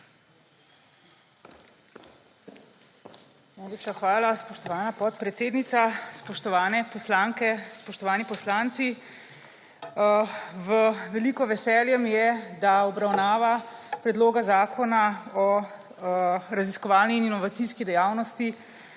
hvala, spoštovana podpredsednica. Spoštovane poslanke, spoštovani poslanci! V veliko veselje mi je, da obravnava Predloga zakona o znanstvenoraziskovalni in inovacijski dejavnosti